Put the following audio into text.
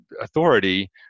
authority